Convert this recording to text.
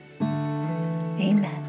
Amen